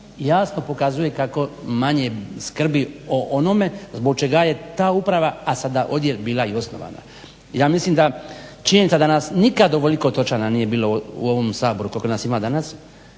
jasno pokazuje kako manje skrbi o onome zbog čega je ta uprava a sada odjel bila i osnovana. Ja mislim da, činjenica da nas nikad ovoliko točno bilo u ovom saboru koliko nas ima danas.